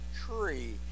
tree